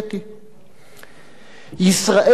"ישראל כובשת", או "הכיבוש",